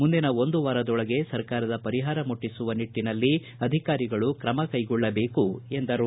ಮುಂದಿನ ಒಂದು ವಾರದೊಳಗೆ ಸರ್ಕಾರದ ಪರಿಹಾರ ಮುಟ್ಟಸುವ ನಿಟ್ಟನಲ್ಲಿ ಅಧಿಕಾರಿಗಳು ್ರಮ ಕೈಗೊಳ್ಳಬೇಕು ಎಂದರು